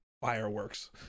fireworks